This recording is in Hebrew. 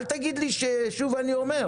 אל תגיד לי "שוב אני אומר".